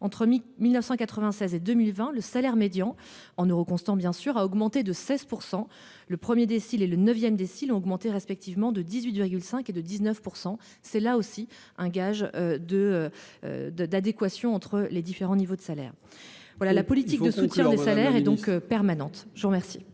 Entre 1996 et 2020, le salaire médian, en euros constants, a augmenté de 16 %. Les revenus du premier décile et du neuvième décile ont augmenté respectivement de 18,5 % et de 19 %. C'est là aussi un signe d'adéquation entre les différents niveaux de salaires. La politique de soutien des salaires est donc pertinente. La parole